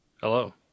Hello